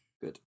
good